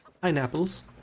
Pineapples